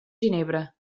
ginebra